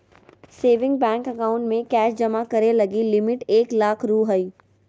saving bank account में cash जमा करे लगी लिमिट एक लाख रु हइ